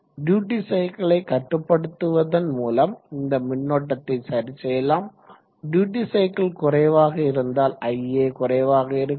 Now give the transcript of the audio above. duty சைக்கிளை கட்டுப்படுத்துவதன் மூலம் இந்த மின்னோட்டத்தை சரிசெய்யலாம் டியூட்டி சைக்கிள் குறைவாக இருந்தால் ia குறைவாக இருக்கும்